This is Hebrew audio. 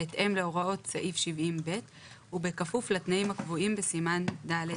בהתאם להוראות סעיף 70ב ובכפוף לתנאים הקבועים בסימן ד'1,